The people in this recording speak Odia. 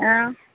ହଁ